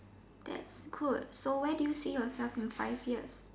that's good so where do you see yourself in five years